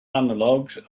analogues